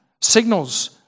signals